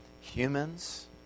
Humans